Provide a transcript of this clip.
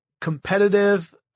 competitive